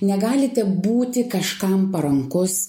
negalite būti kažkam parankus